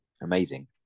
Amazing